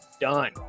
done